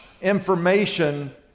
information